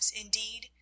indeed